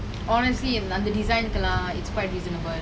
honestly அந்த:antha design னுக்குலாம்:nukkulam it's quite reasonable